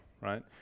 right